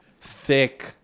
thick